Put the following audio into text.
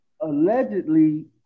Allegedly